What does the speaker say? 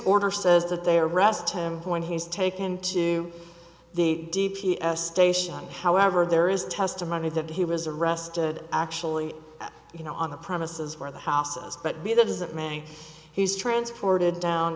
order says that they arrest him when he's taken to the d p s station however there is testimony that he was arrested actually you know on the premises where the houses but b that is that man he's transported down